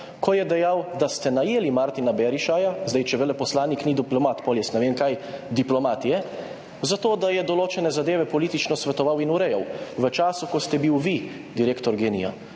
ko je dejal, da ste najeli Martina Berishaja, zdaj, če veleposlanik ni diplomat, potem jaz ne vem, kaj diplomat je, zato, da je določene zadeve politično svetoval in urejal v času, ko ste bil vi direktor GEN-I.